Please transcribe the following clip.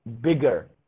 bigger